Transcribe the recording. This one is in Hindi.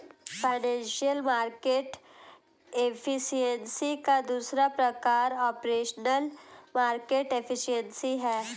फाइनेंशियल मार्केट एफिशिएंसी का दूसरा प्रकार ऑपरेशनल मार्केट एफिशिएंसी है